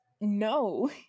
no